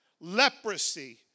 leprosy